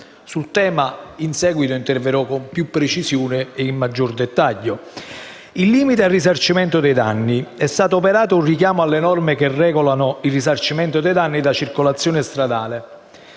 Sul tema interverrò in seguito con maggiore precisione e dettaglio. Circa il limite al risarcimento dei danni, è stato operato un richiamo alle norme che regolano il risarcimento dei danni da circolazione stradale,